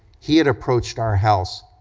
he had approached our house